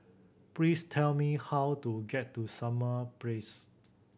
please tell me how to get to Summer Place